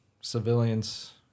Civilians